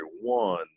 one